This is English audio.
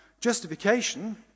justification